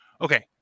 okay